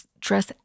dress